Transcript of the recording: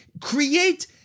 create